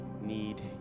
need